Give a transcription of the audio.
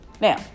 Now